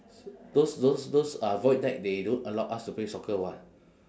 those those those uh void deck they don't allow us to play soccer [what]